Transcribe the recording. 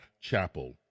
chapel